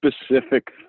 specific